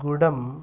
गुडम्